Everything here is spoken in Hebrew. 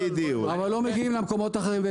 אבל לא מגיעים למקומות האחרים,